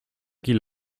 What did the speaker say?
qu’il